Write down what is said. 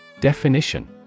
Definition